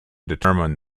determine